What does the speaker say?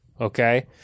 okay